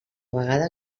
vegada